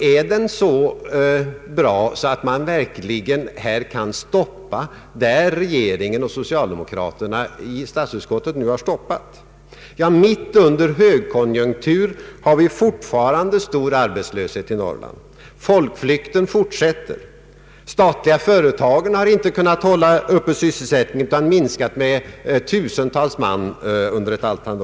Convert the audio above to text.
är den verkligen så bra att man här kan stoppa, där regeringen och socialdemokraterna i statsutskottet nu har stoppat? Mitt under högkonjunkturen har vi fortfarande stor arbetslöshet i Norrland. Folkflykten fortsätter. De statliga företagen har inte kunnat hålla uppe sysselsättningen utan minskat arbetskraften med tusentals man under ett antal år.